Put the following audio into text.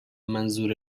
منظور